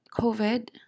COVID